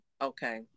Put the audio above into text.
Okay